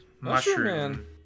mushroom